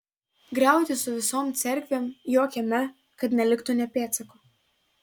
griauti su visom cerkvėm jo kieme kad neliktų nė pėdsako